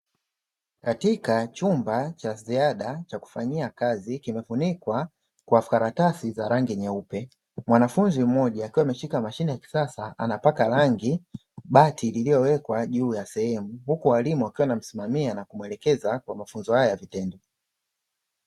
Katika chumba cha ziada cha kufanyia kazi kimefunikwa kwa karatasi za rangi nyeupe, mwanafunzi mmoja akiwa ameshika mashine ya kisasa anapaka rangi bati lililowekwa juu ya sehemu, huku walimu wakiwa wanamsimamia na kumuelekeza kwenye mafunzo haya ya vitendo.